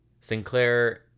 Sinclair